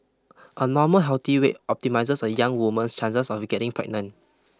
a normal healthy weight optimises a young woman's chances of getting pregnant